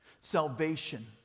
Salvation